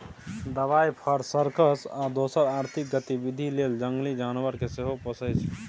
दबाइ, fur, circus आ दोसर आर्थिक गतिबिधि लेल जंगली जानबर केँ सेहो पोसय छै